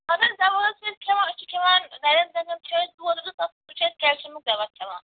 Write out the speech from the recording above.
ادٕ حظ دوا حظ چھِ أسۍ کھیٚوان أسۍ چِھ کھیٚوان نَرین زَنٛگن چھُ اَسہِ دود سُہ چھُ أسی کیلشیمُک دوا کھیٚوان